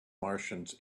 martians